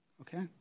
okay